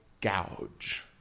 gouge